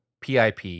PIP